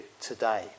today